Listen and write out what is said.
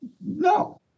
No